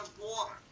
water